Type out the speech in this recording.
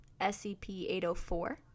SCP-804